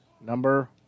number